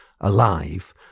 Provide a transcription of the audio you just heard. alive